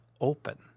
open